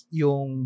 yung